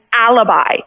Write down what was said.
alibi